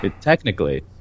technically